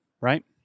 right